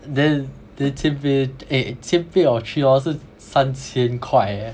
then then 千倍 eh 千倍 of three dollars 是三千块 leh